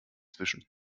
zwischen